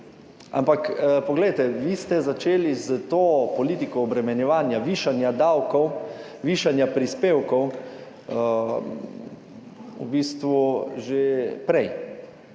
Ampak poglejte, vi ste začeli s to politiko obremenjevanja višanja davkov, višanja prispevkov v bistvu že prej.